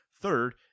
Third